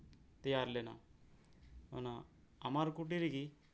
ᱛᱮᱭᱟᱨ ᱞᱮᱱᱟ ᱚᱱᱟ ᱟᱢᱟᱨᱠᱩᱴᱤᱨ ᱨᱮᱜᱤ